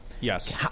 Yes